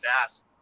fast